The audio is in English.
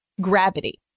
gravity